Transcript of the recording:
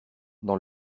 dans